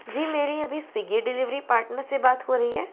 जी मेरी अभी Swiggy delivery partner से बात हो रही है